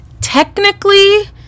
Technically